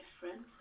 different